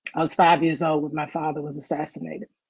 i was five years old when my father was assassinated.